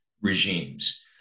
regimes